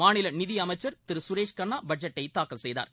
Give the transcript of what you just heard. மாநில நிதி அமைச்சர் திரு சுரேஷ் கன்னா பட்ஜெட்டை தாக்கல் செய்தார்